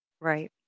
Right